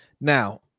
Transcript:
now